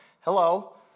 hello